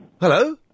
Hello